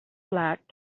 black